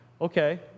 Okay